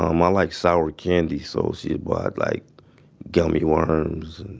um i like sour candy, so she had bought like gummy worms, and